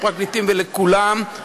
לפרקליטים ולכולם.